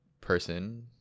person